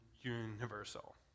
universal